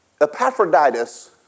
Epaphroditus